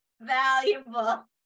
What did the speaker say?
valuable